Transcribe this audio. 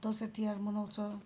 दसैँ तिहार मनाउँछ